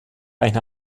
eine